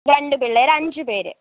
രണ്ട് പിള്ളാർ അഞ്ച് പേര്